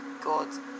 God